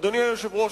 אדוני היושב-ראש,